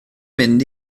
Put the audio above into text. mynd